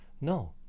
No